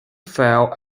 file